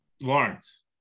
lawrence